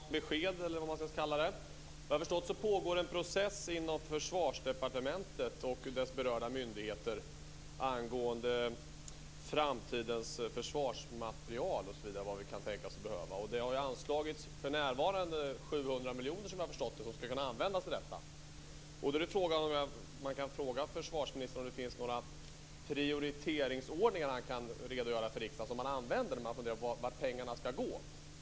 Fru talman! Det här är också en fråga om besked, eller vad jag skall kalla det. Såvitt jag förstår pågår en process inom Försvarsdepartementet och dess berörda myndigheter angående framtidens försvarsmateriel osv. - vad vi kan tänkas behöva. För närvarande har, såvitt jag förstår, 700 miljoner kronor anslagits som skall kunna användas till detta. Finns det några prioriteringsordningar som försvarsministern kan redogöra för inför riksdagen som man använder när man funderar på vart pengarna skall gå?